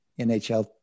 NHL